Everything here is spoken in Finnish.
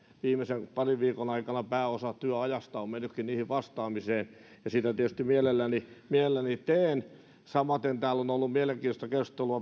viimeisen parin viikon aikana pääosa työajasta onkin mennyt niihin vastaamiseen ja sitä tietysti mielelläni mielelläni teen samaten täällä on on ollut mielenkiintoista periaatteellista keskustelua